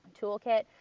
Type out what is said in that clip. toolkit